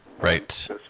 Right